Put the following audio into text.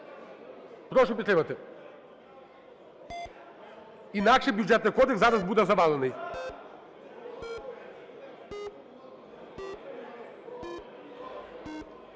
Прошу підтримати. Інакше Бюджетний кодекс зараз буде завалений.